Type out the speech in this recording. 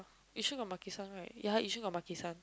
Yishun got Maki-san right ya Yishun got maki-san